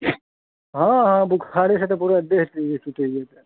हॅं हॅं बुखारे से तऽ पुरा देह टुटैया